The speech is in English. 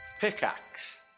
Pickaxe